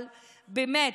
אבל באמת,